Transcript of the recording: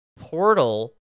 portal